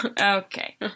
Okay